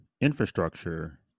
infrastructure